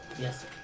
Yes